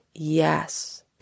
Yes